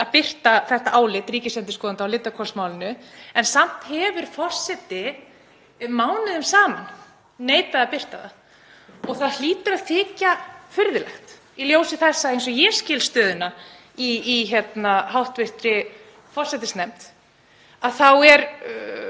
að birta þetta álit ríkisendurskoðanda á Lindarhvolsmálinu. En samt hefur forseti mánuðum saman neitað að birta það. Það hlýtur að þykja furðulegt í ljósi þess að eins og ég skil stöðuna í hv. forsætisnefnd þá er